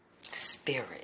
Spirit